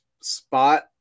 spot